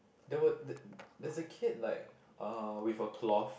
there would there there's a kid like uh with a cloth